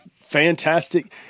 fantastic